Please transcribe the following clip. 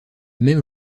même